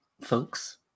folks